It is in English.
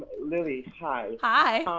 lilly, hi. hi.